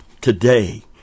today